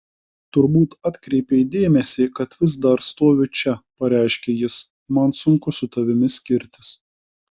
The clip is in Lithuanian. turbūt atkreipei dėmesį kad vis dar stoviu čia pareiškia jis man sunku su tavimi skirtis